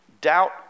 Doubt